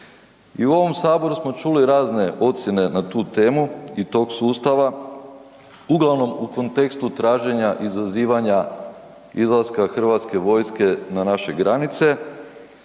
I u ovom Saboru smo čuli razne ocjene na tu temu i tog sustava, uglavnom u kontekstu traženja izazivanja izlaska hrvatske vojske na naše granice,